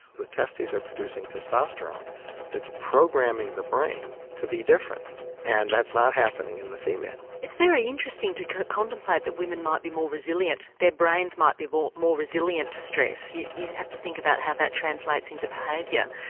the testes are producing testosterone that's programming the brain to be different and that's not happening in the female. it's very interesting to contemplate that women might be more resilient, their brains might be more more resilient to stress. you you have to think about how that translates into behaviour.